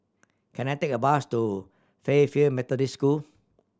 can I take a bus to Fairfield Methodist School